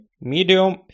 Medium